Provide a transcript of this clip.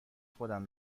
خودم